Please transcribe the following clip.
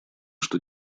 что